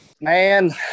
Man